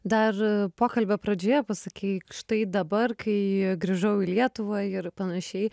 dar pokalbio pradžioje pasakei štai dabar kai grįžau į lietuvą ir panašiai